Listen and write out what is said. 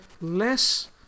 less